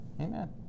amen